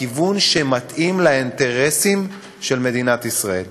בכיוון שמתאים לאינטרסים של מדינת ישראל.